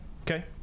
Okay